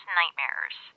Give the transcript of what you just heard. nightmares